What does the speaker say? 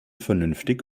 vernünftig